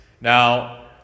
Now